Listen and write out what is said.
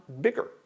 bigger